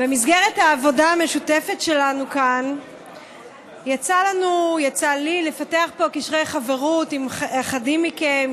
במסגרת העבודה המשותפת שלנו כאן יצא לי לפתח קשרי חברות עם אחדים מכם,